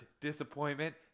disappointment